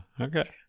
okay